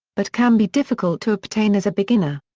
but can be difficult to obtain as a beginner.